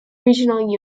regional